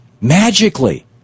magically